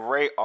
Ray